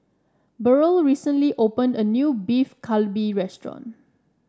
Burrel recently opened a new Beef Galbi restaurant